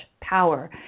power